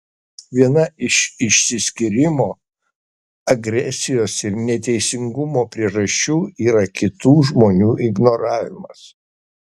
viena iš išsiskyrimo agresijos ir neteisingumo priežasčių yra kitų žmonių ignoravimas